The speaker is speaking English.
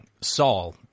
Saul